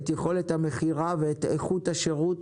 את יכולת המכירה ואת איכות השירות